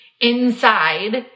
inside